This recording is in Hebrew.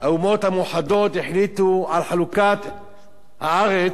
האומות המאוחדות החליטו על חלוקת הארץ,